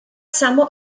samo